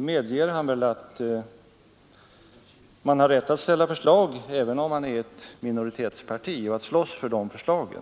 medger väl herr Sträng att man har rätt att ställa förslag även om man är ett minoritetsparti och att slåss för det förslaget.